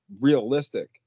realistic